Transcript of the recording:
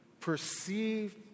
perceive